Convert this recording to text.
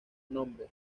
nombre